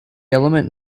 element